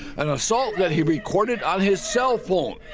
an assault that he recorded on his cell phone.